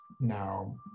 now